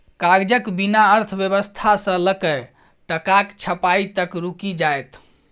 कागजक बिना अर्थव्यवस्था सँ लकए टकाक छपाई तक रुकि जाएत